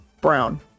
brown